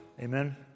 Amen